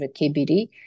kbd